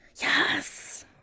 Yes